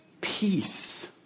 peace